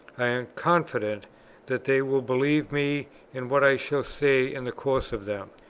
i am confident that they will believe me in what i shall say in the course of them.